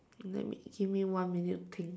let me give me one minute to think